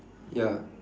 ya